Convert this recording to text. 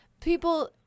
People